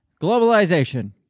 globalization